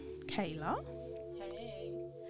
Kayla